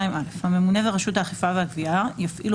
2(א) הממונה ורשות האכיפה והגבייה יפעילו